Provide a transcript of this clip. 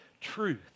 truth